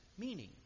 Meaning